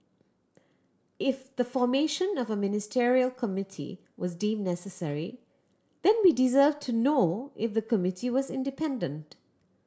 if the formation of a Ministerial Committee was deemed necessary then we deserve to know if the committee was independent